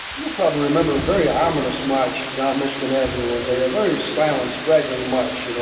you probably remember a very ominous march down michigan avenue one day, a very silent, straggling march, you know,